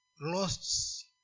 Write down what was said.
lost